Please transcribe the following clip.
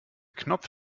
knopf